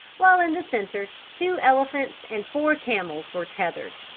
while in the center two elephants and four camels were tethered.